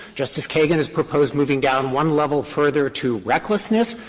justice kagan has proposed moving down one level further to recklessness.